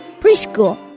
Preschool